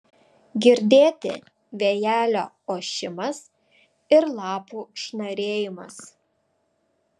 girdėti vėjelio ošimas ir lapų šnarėjimas